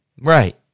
Right